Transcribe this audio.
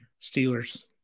steelers